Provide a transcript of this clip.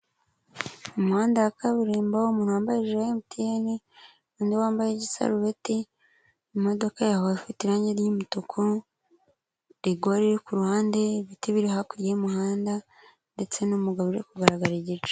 Umuhanda wa kaburimbo, umuntu wamba ijire ya MtN, undi wambaye igisarubeti, imodoka yabo fite irangi ry'mutuku, rigore ku ruhande, ibiti biri hakurya y'umuhanda ndetse n'umugabo uri kugaragara igice.